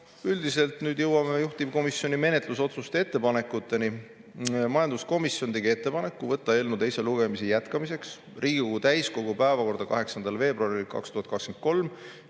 üldiselt nüüd jõuame juhtivkomisjoni menetlusotsuste ettepanekuteni. Majanduskomisjon tegi ettepaneku võtta eelnõu teise lugemise jätkamiseks Riigikogu täiskogu päevakorda 8. veebruaril 2023